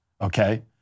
okay